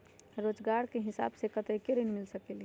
रोजगार के हिसाब से कतेक ऋण मिल सकेलि?